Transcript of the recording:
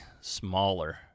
smaller